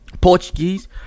Portuguese